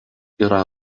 yra